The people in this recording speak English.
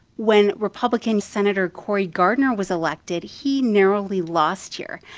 when republican senator cory gardner was elected, he narrowly lost here.